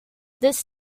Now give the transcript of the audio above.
this